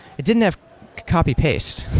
it didn't have copy-paste.